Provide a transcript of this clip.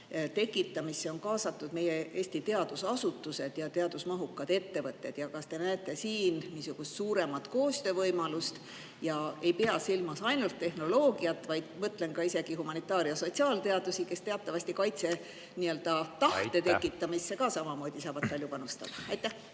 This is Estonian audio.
tekitamisse kaasatud Eesti teadusasutused ja teadusmahukad ettevõtted? Kas te näete siin niisugust suuremat koostöövõimalust? Ma ei pea silmas ainult tehnoloogiat, vaid ka isegi humanitaar- ja sotsiaalteadusi, mis teatavasti kaitsetahte tekitamisse samamoodi saavad palju panustada.